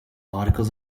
articles